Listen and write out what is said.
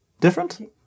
Different